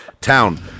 town